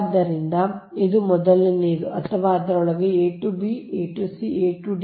ಆದ್ದರಿಂದ ಇದು ಮೊದಲನೆಯದು ಅಥವಾ ಅದರೊಳಗೆ a to b a to c a to d